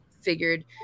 figured